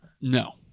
No